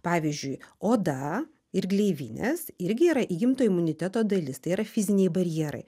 pavyzdžiui oda ir gleivinės irgi yra įgimto imuniteto dalis tai yra fiziniai barjerai